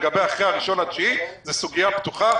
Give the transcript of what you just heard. לגבי אחר הראשון לספטמבר, זו סוגיה פתוחה.